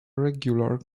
regular